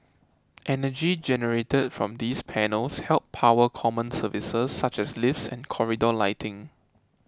energy generated from these panels helps power common services such as lifts and corridor lighting